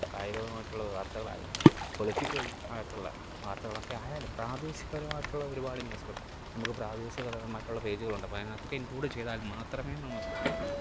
കായികപരമായിട്ടുള്ള വാര്ത്തകളായാലും പൊളിറ്റിക്കല് ആയിട്ടുള്ള വാര്ത്തകളൊക്കെ ആയാലും പ്രാദേശികപരമയിട്ടുള്ള ഒരുപാട് ന്യൂസുകള് നമുക്ക് പ്രാദേശികതലമായിട്ടൊള്ള പേജുകളുണ്ട് അപ്പം അതിനെയൊക്കെ ഇന്ക്ലൂഡ് ചെയ്താല് മാത്രമേ നമുക്ക്